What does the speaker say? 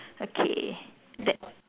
okay that